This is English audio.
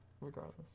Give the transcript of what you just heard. regardless